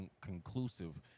conclusive